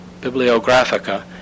Bibliographica